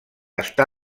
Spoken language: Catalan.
està